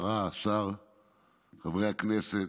חברי הכנסת,